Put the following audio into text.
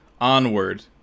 onward